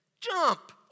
Jump